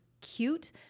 cute